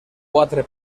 quatre